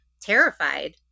terrified